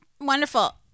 Wonderful